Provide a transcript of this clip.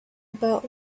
about